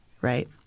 right